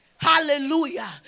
Hallelujah